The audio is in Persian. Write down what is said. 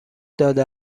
داده